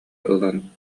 ылан